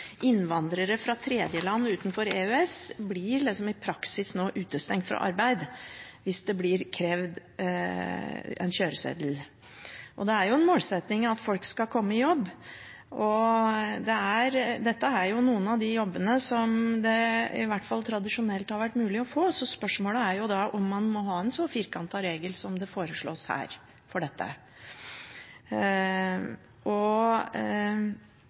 innvandrere fra tredjeland utenfor EØS i praksis nå blir utestengt fra arbeid hvis det blir krevd en kjøreseddel. Det er en målsetting at folk skal komme i jobb, og dette er noen av de jobbene som det i hvert fall tradisjonelt har vært mulig å få, så spørsmålet er da om man må ha en så firkantet regel som den som foreslås her. Integrerings- og mangfoldsdirektoratet viser til at botidskravet i realiteten innebærer et slags yrkesforbud for